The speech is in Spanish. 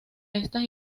estas